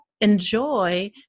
enjoy